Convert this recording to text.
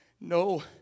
No